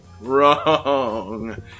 wrong